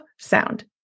sound